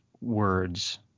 words